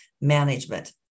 management